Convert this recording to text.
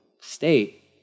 state